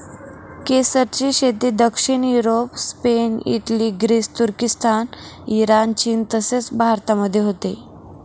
केसरची शेती दक्षिण युरोप, स्पेन, इटली, ग्रीस, तुर्किस्तान, इराण, चीन तसेच भारतामध्ये होते